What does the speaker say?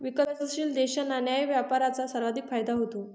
विकसनशील देशांना न्याय्य व्यापाराचा सर्वाधिक फायदा होतो